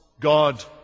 God